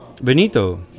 benito